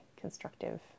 constructive